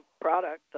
product